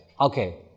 okay